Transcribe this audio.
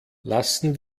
lassen